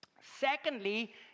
Secondly